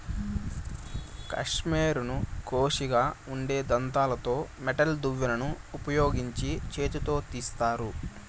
కష్మెరెను కోషిగా ఉండే దంతాలతో మెటల్ దువ్వెనను ఉపయోగించి చేతితో తీస్తారు